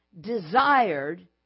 desired